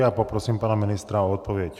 A poprosím pana ministra o odpověď.